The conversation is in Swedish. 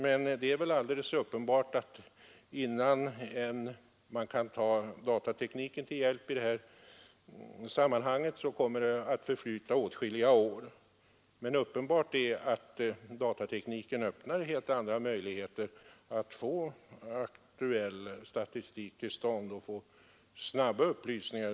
Men det är väl alldeles uppenbart att innan man kan ta datateknik till hjälp i detta sammanhang kommer det att förflyta åtskilliga år. Klart är emellertid att datatekniken öppnar helt andra möjligheter att upprätta aktuell statistik och lämna snabba upplysningar.